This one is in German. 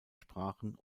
sprachen